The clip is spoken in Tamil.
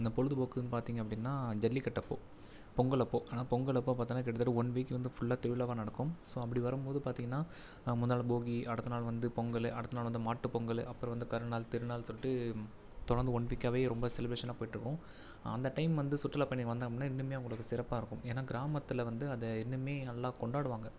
அந்த பொழுதுபோக்குனு பார்த்தீங்க அப்படின்னா ஜல்லிக்கட்டு அப்போது பொங்கல் அப்போது ஆனால் பொங்கல் அப்போது பார்த்தோம்னா கிட்டத்தட்ட ஒன் வீக் வந்து ஃபுல்லாக திருவிழாவாக நடக்கும் ஸோ அப்படி வரும்போது பார்த்தீங்கன்னா மொதல் நாள் போகி அடுத்த நாள் வந்து பொங்கல் அடுத்த நாள் வந்து மாட்டுப் பொங்கல் அப்புறம் வந்து கருநாள் திருநாள்னு சொல்லிட்டு தொடர்ந்து ஒன் வீக்காகவே ரொம்ப செலிப்ரேஷன்னாக போய்கிட்டுருக்கும் அந்த டைம் வந்து சுற்றுலாப் பயணிங்கள் வந்தாங்க அப்படின்னா இன்னுமுமே அவங்களுக்கு சிறப்பாக இருக்கும் ஏன்னால் கிராமத்தில் வந்து அதை இன்னுமுமே நல்லா கொண்டாடுவாங்க